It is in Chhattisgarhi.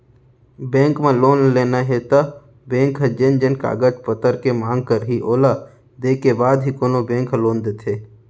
बेंक म लोन लेना हे त बेंक ह जेन जेन कागज पतर के मांग करही ओला देय के बाद ही कोनो बेंक ह लोन देथे